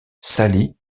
sally